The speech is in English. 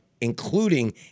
including